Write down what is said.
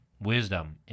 wisdom